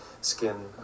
skin